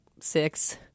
six